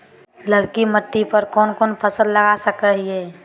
ललकी मिट्टी पर कोन कोन फसल लगा सकय हियय?